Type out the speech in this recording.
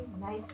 nice